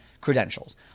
credentials